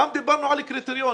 גם דיברנו על קריטריונים.